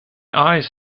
eyes